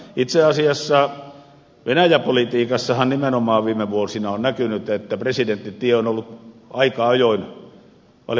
itse asiassa venäjä politiikassahan nimenomaan viime vuosina on näkynyt että presidenttitie on ollut aika ajoin valitettavasti ainut tie